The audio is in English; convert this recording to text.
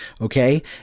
okay